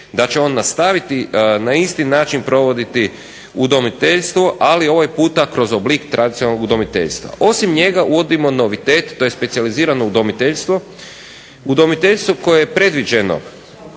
da će on nastaviti na isti način provoditi udomiteljstvo, ali ovaj puta kroz oblik tradicionalnog udomiteljstva. Osim njega uvodimo novitet, to je specijalizirano udomiteljstvo, udomiteljstvo koje je predviđeno